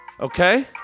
Okay